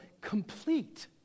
complete